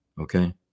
Okay